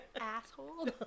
asshole